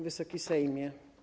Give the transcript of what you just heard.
Wysoki Sejmie!